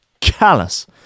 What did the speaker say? Callous